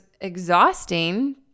exhausting